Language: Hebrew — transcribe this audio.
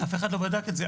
אף אחד לא בדק את זה,